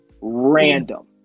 Random